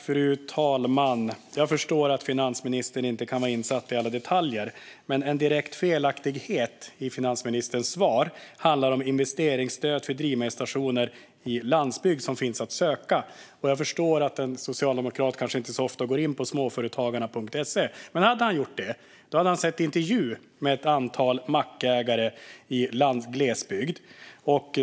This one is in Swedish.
Fru talman! Jag förstår att finansministern inte kan vara insatt i alla detaljer, men en direkt felaktighet i finansministerns svar handlar om det investeringsstöd för drivmedelsstationer i landsbygd som finns att söka. Jag förstår att en socialdemokrat kanske inte så ofta går in på smaforetagarna.se, men hade han gjort det hade han sett en intervju med ett antal mackägare i glesbygd.